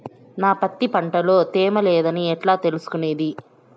నా పత్తి పంట లో తేమ లేదని ఎట్లా తెలుసుకునేది?